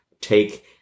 take